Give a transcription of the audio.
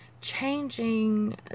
changing